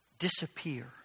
disappear